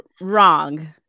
wrong